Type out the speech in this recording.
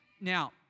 Now